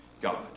God